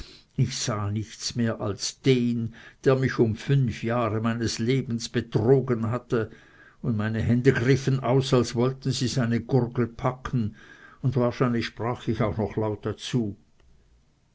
ich sah nichts mehr als den der mich um fünf jahre meines lebens betrogen hatte und meine hände griffen aus als wollten sie seine gurgel packen und wahrscheinlich sprach ich noch laut dazu